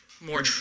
more